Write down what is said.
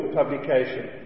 publication